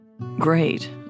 Great